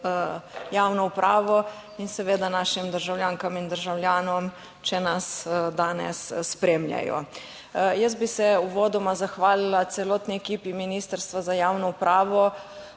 javno upravo in seveda našim državljankam in državljanom, če nas danes spremljajo. Jaz bi se uvodoma zahvalila celotni ekipi Ministrstva za javno upravo.